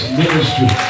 ministry